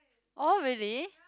orh really